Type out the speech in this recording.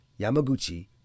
Yamaguchi